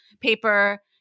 paper